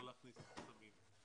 לא להכניס חסמים.